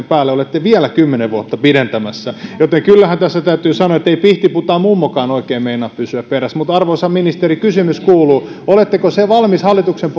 päälle olette vielä kymmenen vuotta pidentämässä joten kyllähän tässä täytyy sanoa ettei pihtiputaan mummokaan oikein meinaa pysyä perässä mutta arvoisa ministeri kysymys kuuluu oletteko sen valmis hallituksen